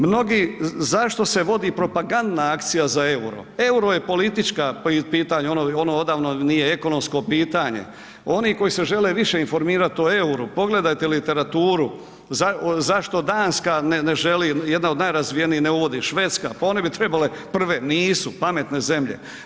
Mnogi, zašto se vodi propagandna akcija za EUR-o, EUR-o je politička pitanja, ono, ono odavno nije ekonomsko pitanje, oni koji se žele više informirat o EUR-u pogledajte literaturu zašto Danska ne želi, jedna od najrazvijenijih ne uvodi, Švedska, pa one bi trebale prve, nisu, pametne zemlje.